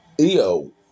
Eo